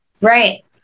Right